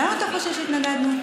למה אתה חושב שהתנגדנו?